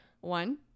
One